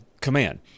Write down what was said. command